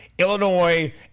Illinois